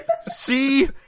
See